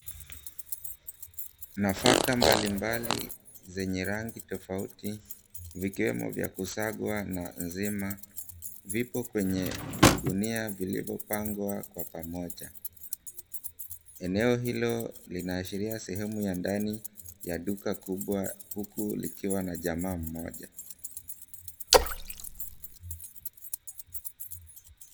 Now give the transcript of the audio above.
Nafaka mbalimbali zenye rangi tofauti, vikiwemo vya kusagwa na nzima, vipo kwenye vigunia vilivyopangwa kwa pamoja. Eneo hilo linaashiria sehemu ya ndani ya duka kubwa huku likiwa na jamaa mmoja.